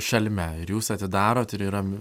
šalme ir jūs atidarot ir yra